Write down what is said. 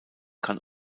kann